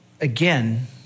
again